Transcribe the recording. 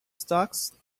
stocks